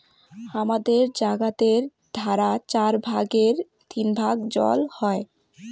হামাদের জাগাতের ধারা চার ভাগের তিন ভাগ জল হই